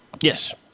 Yes